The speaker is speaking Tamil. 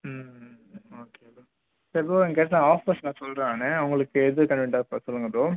ம் ம் ஓகே ப்ரோ சரி ப்ரோ நீங்கள் கேட்ட ஆஃபர்ஸ்லாம் சொல்கிறேன் நான் உங்களுக்கு எது கன்வீனியன்ட்டாக இருக்கோ அது சொல்லுங்கள் ப்ரோ